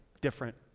different